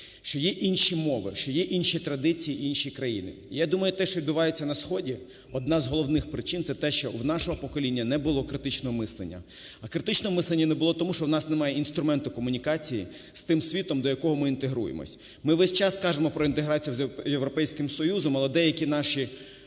що є інші мови, що є інші традиції і інші країни. Я думаю, що те, що відбувається на сході, одна з головних причин це те, що у нашого покоління не було критичного мислення, а критичного мислення не було тому, що у нас немає інструменту комунікації з тим світом, до якого ми інтегруємося. Ми весь кажемо про інтеграцію з Європейським Союзом, але деякі наші